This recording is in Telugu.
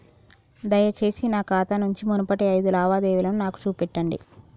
దయచేసి నా ఖాతా నుంచి మునుపటి ఐదు లావాదేవీలను నాకు చూపెట్టండి